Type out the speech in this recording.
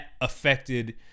affected